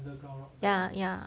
ya ya